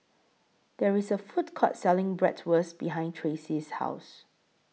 There IS A Food Court Selling Bratwurst behind Tracey's House